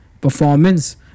performance